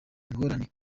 ingorane